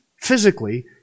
physically